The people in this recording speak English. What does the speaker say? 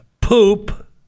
poop